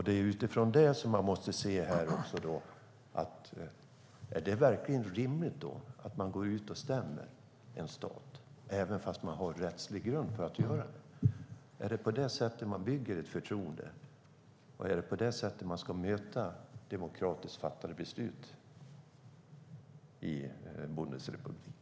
Det är utifrån det vi måste fråga oss: Är det verkligen rimligt att man stämmer en stat, även om man har rättslig grund att göra det? Är det på det sättet man bygger upp ett förtroende? Är det på det sättet man ska bemöta demokratiskt fattade beslut i Bundesrepublik?